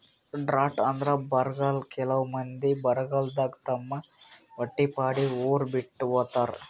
drought ಅಂದ್ರ ಬರ್ಗಾಲ್ ಕೆಲವ್ ಮಂದಿ ಬರಗಾಲದಾಗ್ ತಮ್ ಹೊಟ್ಟಿಪಾಡಿಗ್ ಉರ್ ಬಿಟ್ಟ್ ಹೋತಾರ್